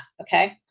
Okay